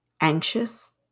anxious